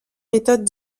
méthodes